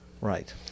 Right